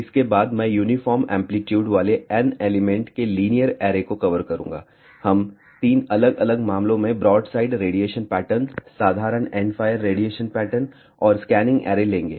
इसके बाद मैं यूनिफॉर्म एंप्लीट्यूड वाले N एलिमेंट के लीनियर ऐरे को कवर करूंगा हम 3 अलग अलग मामलों को ब्रॉडसाइड रेडिएशन पैटर्न साधारण एंडफ़ायर रेडिएशन पैटर्न और स्कैनिंग ऐरे लेगे